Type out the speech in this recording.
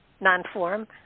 non-form